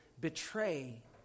betray